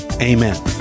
Amen